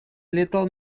little